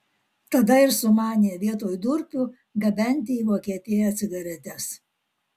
tada ir sumanė vietoj durpių gabenti į vokietiją cigaretes